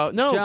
no